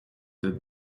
that